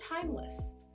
timeless